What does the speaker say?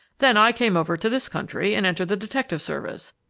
then i came over to this country and entered the detective service,